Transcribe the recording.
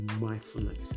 mindfulness